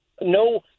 no